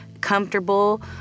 comfortable